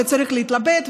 וצריך להתלבט,